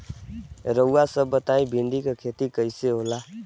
रउआ सभ बताई भिंडी क खेती कईसे होखेला?